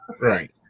right